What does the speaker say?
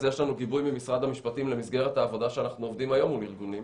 יש לנו גיבוי ממשרד המשפטים למסגרת העבודה שאנחנו עובדים עם ארגונים.